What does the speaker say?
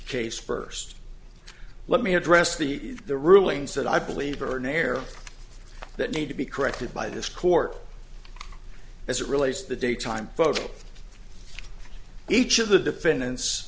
case first let me address the the rulings that i believe are narrow that need to be corrected by this court as it relates to the daytime photo each of the defendant